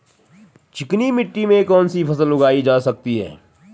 चिकनी मिट्टी में कौन सी फसल उगाई जा सकती है?